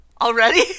Already